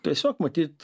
tiesiog matyt